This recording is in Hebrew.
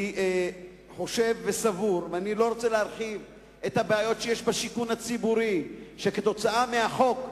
אני לא רוצה להרחיב על הבעיות שיש בשיכון הציבורי כתוצאה מהחוק,